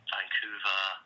Vancouver